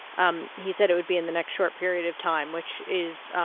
um he said it would be in the next short period of time, which is.